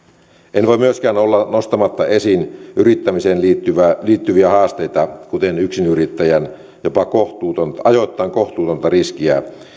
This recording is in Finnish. en voi myöskään olla nostamatta esiin yrittämiseen liittyviä haasteita kuten yksinyrittäjän jopa ajoittain kohtuutonta riskiä